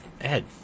Ed